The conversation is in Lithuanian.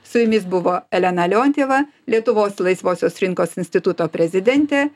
su jumis buvo elena leontjeva lietuvos laisvosios rinkos instituto prezidentė